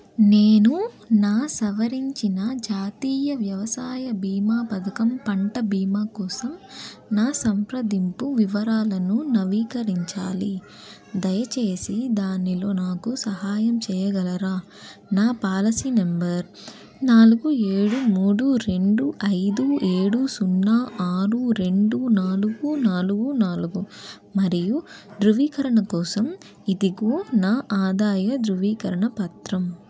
నేను నా సవరించిన జాతీయ వ్యవసాయ భీమా పథకం పంట భీమా కోసం నా సంప్రదింపు వివరాలను నవీకరించాలి దయచేసి దానిలో నాకు సహాయం చెయ్యగలరా నా పాలసీ నెంబర్ నాలుగు ఏడు మూడు రెండు ఐదు ఏడు సున్నా ఆరు రెండు నాలుగు నాలుగు నాలుగు మరియు ధ్రువీకరణ కోసం ఇదిగో నా ఆదాయ ధృవీకరణ పత్రం